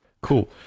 cool